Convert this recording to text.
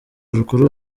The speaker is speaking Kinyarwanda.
rukuru